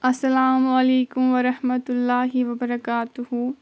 اسلام عليكم ورحمة الله وبركاته